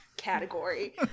category